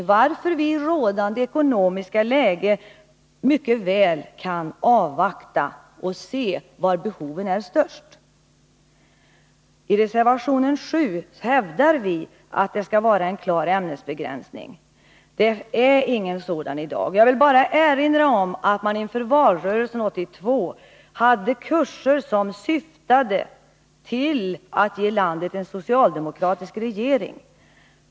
Mot den bakgrunden borde vi i det rådande ekonomiska läget mycket väl kunna avvakta och se var behoven är störst. I reservation 7 hävdar vi att det skall vara en klar ämnesbegränsning. Det är ingen sådan i dag. Jag vill bara erinra om att man inför valrörelsen 1982 hade kurser som syftade till att ge landet en socialdemokratisk regering.